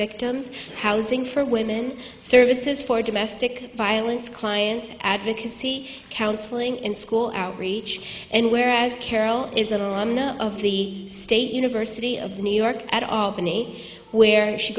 victims housing for women services for domestic violence clients advocacy counseling and school outreach and whereas carol is a lot of the state university of new york at albany where she